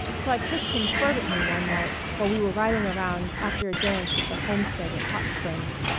so i kissed him fervently one night when we were riding around after a dance at the homestead at hot springs.